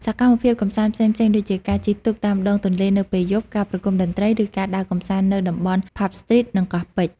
សកម្មភាពកម្សាន្តផ្សេងៗដូចជាការជិះទូកតាមដងទន្លេនៅពេលយប់ ការប្រគំតន្ត្រី ឬការដើរកម្សាន្តនៅតំបន់ ផាប់ស្ទ្រីត និងកោះពេជ្រ។